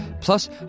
Plus